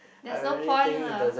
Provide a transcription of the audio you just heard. there's no point lah